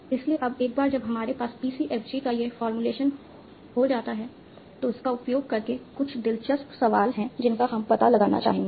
इसलिए अब एक बार जब हमारे पास PCFG का यह फॉर्मूलेशन हो जाता है तो इसका उपयोग करके कुछ दिलचस्प सवाल हैं जिनका हम पता लगाना चाहेंगे